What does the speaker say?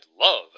love